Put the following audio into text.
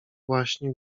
właśnie